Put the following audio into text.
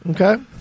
Okay